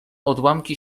odłamki